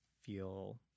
feel